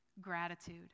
gratitude